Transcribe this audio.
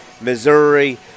Missouri